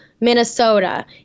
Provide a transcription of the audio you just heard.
minnesota